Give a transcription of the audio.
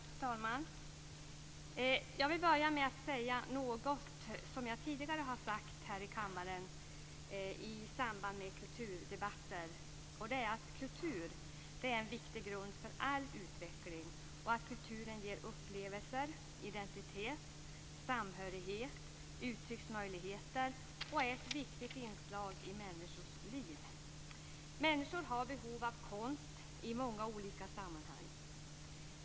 Fru talman! Jag vill börja med att säga något som jag tidigare har sagt här i kammaren i samband med kulturdebatter, nämligen att kultur är en viktig grund för all utveckling och att kulturen ger upplevelser, identitet, samhörighet och uttrycksmöjligheter och är ett viktigt inslag i människors liv. Människor har behov av konst i många olika sammanhang.